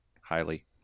highly